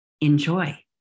Enjoy